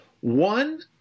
One